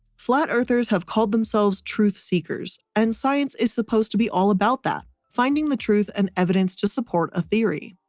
flat-earthers have called themselves truth seekers and science is supposed to be all about that. finding the truth and evidence to support a theory.